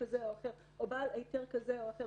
כזה או אחר או בעל היתר כזה או אחר,